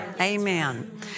Amen